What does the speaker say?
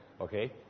Okay